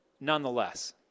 nonetheless